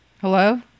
Hello